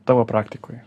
tavo praktikoje